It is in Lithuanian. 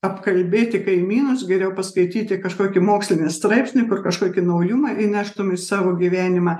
apkalbėti kaimynus geriau paskaityti kažkokį mokslinį straipsnį kur kažkokį naujumą įneštum į savo gyvenimą